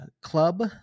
club